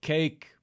Cake